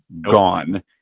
gone